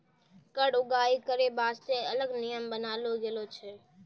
कर उगाही करै बासतें अलग नियम बनालो गेलौ छै